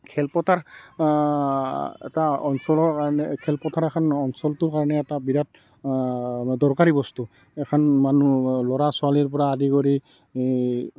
খেলপথাৰ এটা অঞ্চলৰ কাৰণে খেলপথাৰ এখন অঞ্চলটোৰ কাৰণে এটা বিৰাট দৰকাৰী বস্তু এইখন মানুহ ল'ৰা ছোৱালীৰ পৰা আদি কৰি